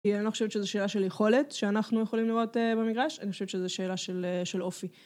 אני לא חושבת שזו שאלה של יכולת שאנחנו יכולים לראות במגרש, אני חושבת שזו שאלה של אופי.